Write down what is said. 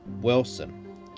Wilson